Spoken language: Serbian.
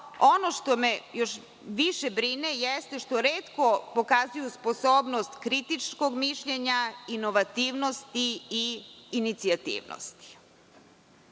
Ono što me još više brine jeste što retko pokazuju sposobnost kritičkog mišljenja, inovativnosti i inicijativnosti.Za